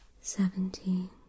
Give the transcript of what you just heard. seventeen